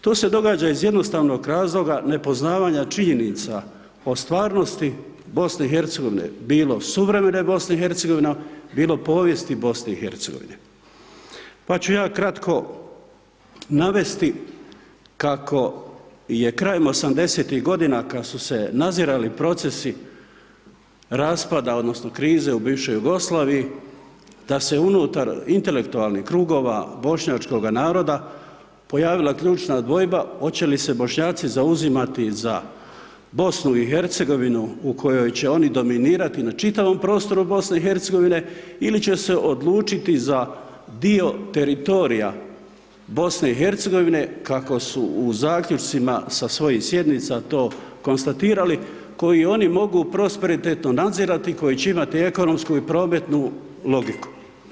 To se događa iz jednostavnog razloga nepoznavanja činjenica o stvarnosti BiH, bilo suvremene BiH, bilo povijesti BiH, pa ću ja kratko navesti kako je krajem 8o.-tih godina kada su se nadzirali procesi raspada odnosno krize u bivšoj Jugoslaviji, da se unutar intelektualnih krugova bošnjačkoga naroda pojavila ključna dvojba hoće li se Bošnjaci zauzimati za BiH u kojoj će oni dominirati na čitavom prostoru BiH-a ili će se odlučiti za dio teritorija BiH-a kako su u zaključcima sa svojih sjednica to konstatirali koji oni mogu prosperitetno nadzirati, koji će imati ekonomsku i prometnu logiku.